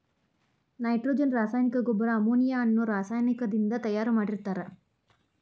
nitrogen ರಾಸಾಯನಿಕ ಗೊಬ್ಬರ ammonia ಅನ್ನೋ ರಾಸಾಯನಿಕದಿಂದ ತಯಾರ್ ಮಾಡಿರ್ತಾರ